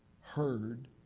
heard